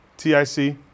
T-I-C